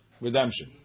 redemption